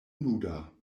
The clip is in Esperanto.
nuda